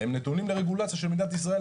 הם נתונים לרגולציה של מדינת ישראל,